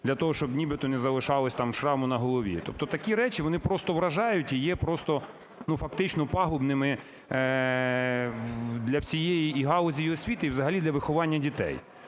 для того, щоб нібито не залишалося там шраму на голові. Тобто такі речі, вони просто вражають і є просто, ну, фактично пагубними для всієї і галузі освіти, і взагалі для виховання дітей.